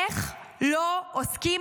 איך לא עוסקים